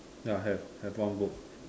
ya have have one book